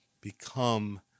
become